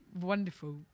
wonderful